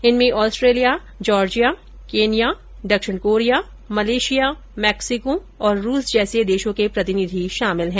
इनमें Australia Georgia Kenya दक्षिण Korea Malaysia Mexico और रूस जैसे देशों के प्रतिनिधि शामिल हैं